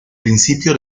principio